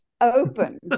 open